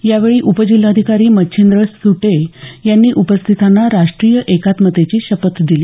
यावेळी उपजिल्हाधिकारी मच्छिंद्र सुटे यांनी उपस्थितांना राष्ट्रीय एकात्मतेची शपथ दिली